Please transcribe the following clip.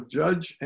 judge